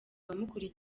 abamukuriye